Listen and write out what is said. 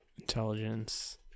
Intelligence